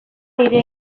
nire